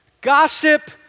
gossip